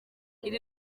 iri